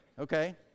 Okay